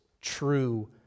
true